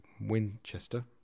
Winchester